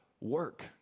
work